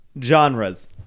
genres